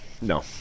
no